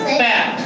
fat